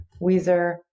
Weezer